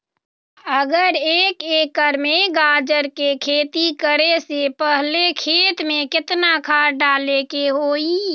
अगर एक एकर में गाजर के खेती करे से पहले खेत में केतना खाद्य डाले के होई?